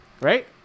right